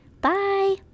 Bye